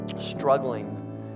struggling